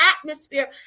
atmosphere